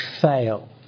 fail